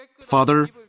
Father